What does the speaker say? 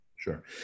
Sure